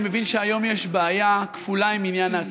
אני מבין שהיום יש בעיה כפולה עם עניין ההצתות.